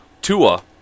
Tua